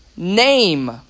Name